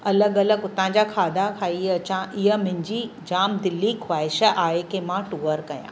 अलॻि अलॻि उतां जा खाधा खाई अचांं ईअं मुंहिंजी जामु दिली ख्वाइश आहे की मां टूअर कयां